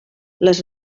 les